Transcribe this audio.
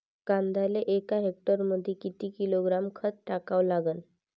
कांद्याले एका हेक्टरमंदी किती किलोग्रॅम खत टाकावं लागन?